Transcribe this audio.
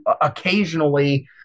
occasionally